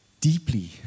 deeply